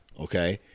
Okay